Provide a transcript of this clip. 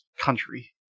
country